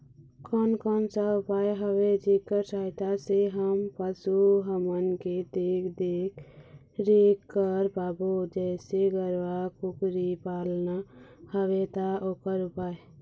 कोन कौन सा उपाय हवे जेकर सहायता से हम पशु हमन के देख देख रेख कर पाबो जैसे गरवा कुकरी पालना हवे ता ओकर उपाय?